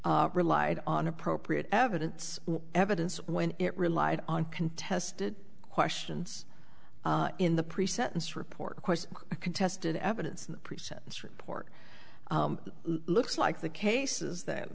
a relied on appropriate evidence evidence when it relied on contested questions in the pre sentence report of course contested evidence pre sentence report looks like the cases that